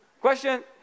question